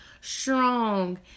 strong